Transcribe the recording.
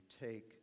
take